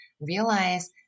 Realize